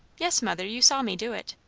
yes, mother you saw me do it.